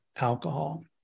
alcohol